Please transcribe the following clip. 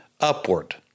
upward